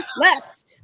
less